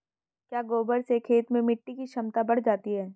क्या गोबर से खेत में मिटी की क्षमता बढ़ जाती है?